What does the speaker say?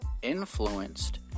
influenced